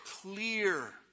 clear